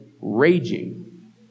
raging